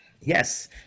Yes